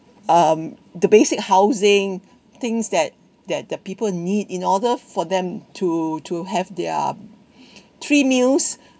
um the basic housing things that that that people need in order for them to to have their three meals